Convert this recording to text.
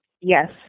yes